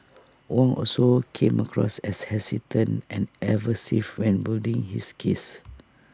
Wong also came across as hesitant and evasive when building his case